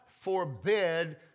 forbid